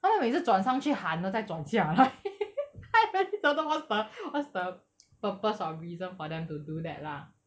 他们每一次转上去喊了再转下来 I really don't know what's the what's the purpose or reason to do that lah